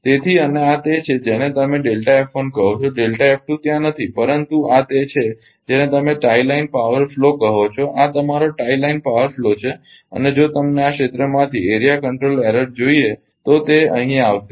તેથી અને આ તે છે જેને તમે કહો છો ત્યાં નથી પરંતુ આ તે છે જેને તમે ટાઈ લાઇન પાવર ફ્લો કહો છો આ તમારો ટાઇ લાઇન પાવર ફ્લો છે અને જો તમને આ ક્ષેત્રમાંથી એરિયા કંટ્રોલ એરર જોઈએ છે તો તે અહીં આવશે